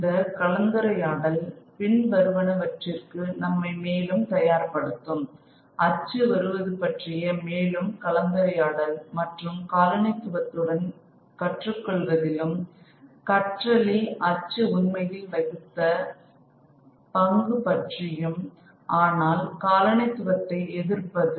இந்த கலந்துரையாடல் பின்வருவானவற்றிற்கு நம்மை மேலும் தயார்படுத்தும் அச்சு வருவது பற்றிய மேலும் கலந்துரையாடல் மற்றும் காலனித்துவத்துடன் கற்றுக்கொள்வதிலும் கற்றலில் அச்சு உண்மையில் வகித்த பங்கு பற்றியும்ஆனால் காலனித்துவத்தை எதிர்ப்பது